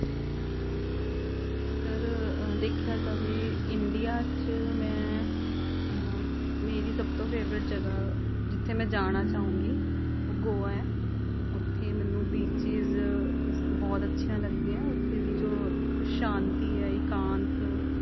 ਅਗਰ ਦੇਖਿਆ ਜਾਵੇ ਇੰਡੀਆ 'ਚ ਮੈਂ ਮੇਰੀ ਸਭ ਤੋਂ ਫੇਵਰੇਟ ਜਗ੍ਹਾ ਜਿੱਥੇ ਮੈਂ ਜਾਣਾ ਚਾਹੂੰਗੀ ਉਹ ਗੋਆ ਹੈ ਉੱਥੇ ਮੈਨੂੰ ਬੀਚੀਜ਼ ਬਹੁਤ ਅੱਛੀਆਂ ਲੱਗਦੀਆਂ ਉੱਥੇ ਦੀ ਜੋ ਸ਼ਾਂਤੀ ਹੈ ਇਕਾਂਤ